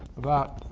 about